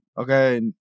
Okay